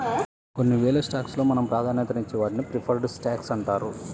కొన్నివేల స్టాక్స్ లో మనం ప్రాధాన్యతనిచ్చే వాటిని ప్రిఫర్డ్ స్టాక్స్ అంటారు